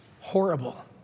horrible